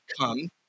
come